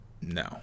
No